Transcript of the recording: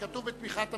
כתוב "בתמיכת הממשלה",